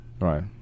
Right